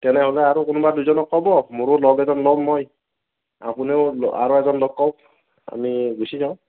তেনেহ'লে আৰু কোনোবা দুজনক ক'ব মোৰো লগ এজন ল'ম মই আপুনিও আৰু এজন লগ কওক আমি গুচি যাওঁ